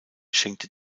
schenkte